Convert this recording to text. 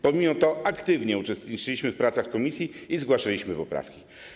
Pomimo to aktywnie uczestniczyliśmy w pracach komisji i zgłaszaliśmy poprawki.